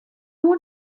want